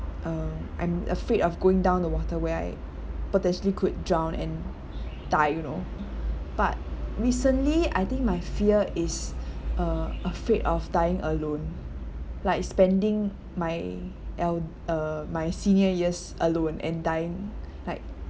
uh I'm afraid of going down the water where I potentially could drown and die you know but recently I think my fear is uh afraid of dying alone like spending my el~ uh my senior years alone and dying like